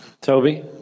Toby